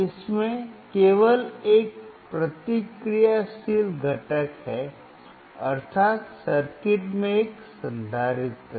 इसमें केवल एक प्रतिक्रियाशील घटक है अर्थात सर्किट में एक संधारित्र